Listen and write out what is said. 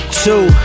two